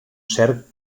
cert